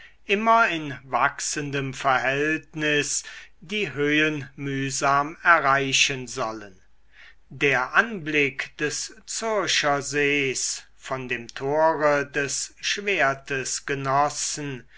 immer in wachsendem verhältnis die höhen mühsam erreichen sollen der anblick des zürcher sees von dem tore des schwertes